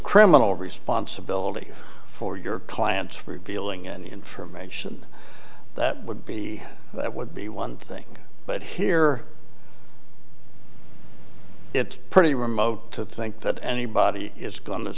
criminal responsibility for your client revealing any information that would be that would be one thing but here it's pretty remote to think that anybody is going to